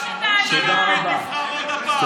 המתח כשלפיד נבחר עוד הפעם.